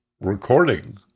recording